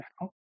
now